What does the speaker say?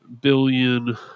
billion